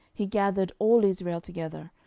he gathered all israel together,